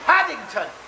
Paddington